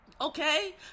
okay